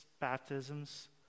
baptisms